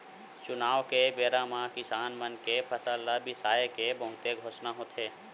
चुनाव के बेरा म किसान मन के फसल ल बिसाए के बहुते घोसना होथे